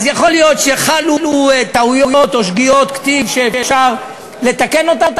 אז יכול להיות שחלו טעויות או שגיאות כתיב שאפשר לתקן אותן,